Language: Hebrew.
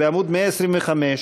בעמוד 125,